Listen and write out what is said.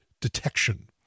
detection